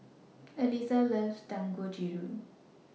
Elisa loves Dangojiru